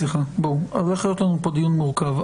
הולך להיות לנו דיון מורכב.